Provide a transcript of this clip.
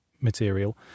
material